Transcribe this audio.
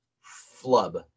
flub